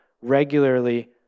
regularly